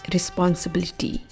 Responsibility